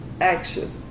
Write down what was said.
action